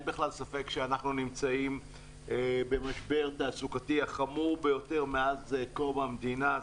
אין בכלל ספק שאנחנו נמצאים במשבר תעסוקתי החמור ביותר מאז קום המדינה.